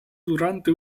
durante